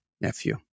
nephew